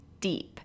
deep